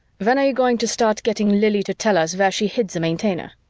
when are you going to start getting lili to tell us where she hid the maintainer?